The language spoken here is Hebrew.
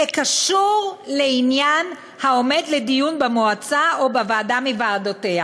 "כקשור לעניין העומד לדיון במועצה או בוועדה מוועדותיה